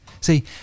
See